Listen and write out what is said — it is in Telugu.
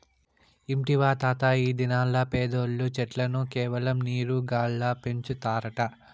ఇంటివా తాతా, ఈ దినాల్ల పెద్దోల్లు చెట్లను కేవలం నీరు గాల్ల పెంచుతారట